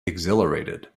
exhilarated